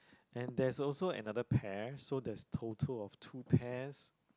and there's also another pear so there's total of two pears